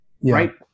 right